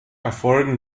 erfolgen